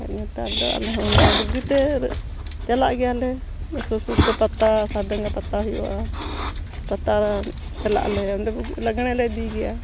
ᱟᱨ ᱱᱮᱛᱟᱨ ᱫᱚ ᱟᱞᱮ ᱦᱚᱸ ᱱᱚᱜᱼᱚᱭ ᱵᱩᱜᱤᱛᱮ ᱪᱟᱞᱟᱜ ᱜᱮᱭᱟ ᱞᱮ ᱥᱩᱨ ᱥᱩᱨᱛᱮ ᱯᱟᱛᱟ ᱥᱟᱦᱮᱵ ᱰᱟᱸᱝᱜᱟ ᱯᱟᱛᱟ ᱦᱩᱭᱩᱜᱼᱟ ᱯᱟᱛᱟ ᱪᱟᱞᱟᱜ ᱟᱞᱮ ᱚᱸᱰᱮ ᱞᱟᱜᱽᱬᱮ ᱞᱮ ᱤᱫᱤ ᱜᱮᱭᱟ